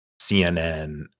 CNN